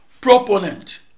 proponent